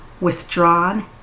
withdrawn